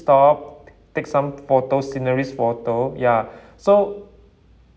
stop take some photos sceneries photo ya so